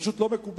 פשוט לא מקובל.